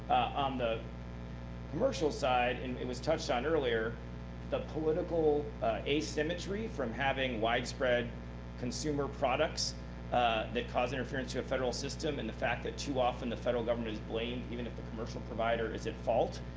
um the commercial side and it was touched on earlier the political asymmetry, from having widespread consumer products that cause interference to a federal system and the fact that too often the federal government is blamed even if a commercial provider is at fault,